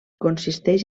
consisteix